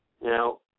Now